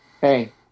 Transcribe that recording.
hey